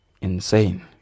insane